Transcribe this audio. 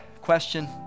question